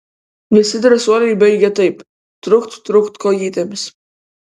visi drąsuoliai baigia taip trukt trukt kojytėmis